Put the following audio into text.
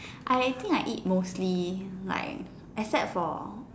I think I eat mostly like except for